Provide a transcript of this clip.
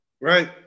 Right